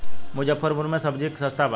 मुजफ्फरपुर में सबजी सस्ता बा